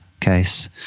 case